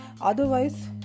Otherwise